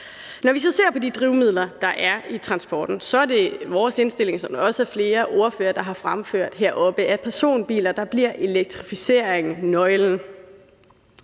Når vi så ser på de drivmidler, der er i transporten, er det vores indstilling, som der også er flere ordførere, der har fremført heroppe, at for personbiler bliver elektrificering nøglen.